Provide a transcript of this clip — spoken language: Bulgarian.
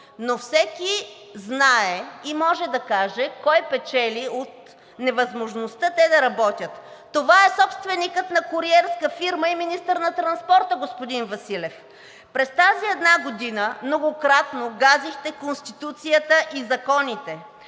но всеки знае и може да каже кой печели от невъзможността те да работят – това е собственикът на куриерска фирма и министър на транспорта, господин Василев. През тази една година многократно газихте Конституцията и законите